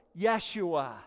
Yeshua